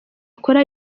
akora